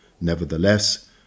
Nevertheless